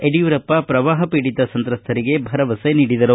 ಯಡಿಯೂರಪ್ಪ ಪ್ರವಾಪಪೀಡಿತ ಸಂತ್ರಸ್ಥರಿಗೆ ಭರವಸೆ ನೀಡಿದರು